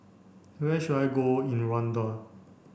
where should I go in Rwanda